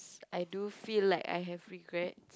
I do feel like I have regrets